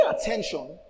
attention